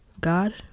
God